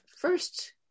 first